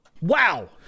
Wow